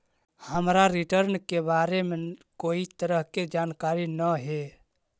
हमरा रिटर्न के बारे में कोई तरह के जानकारी न हे